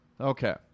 Okay